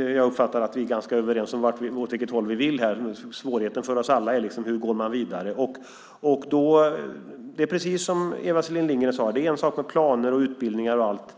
Jag uppfattar att vi är ganska överens om åt vilket håll vi vill här. Svårigheten för oss alla är liksom: Hur går man vidare? Det är precis som Eva Selin Lindgren sade. Det är en sak med planer och utbildningar och allt.